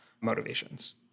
motivations